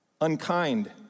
unkind